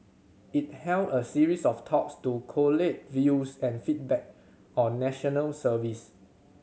it held a series of talks to collate views and feedback on National Service